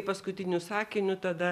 paskutiniu sakiniu tada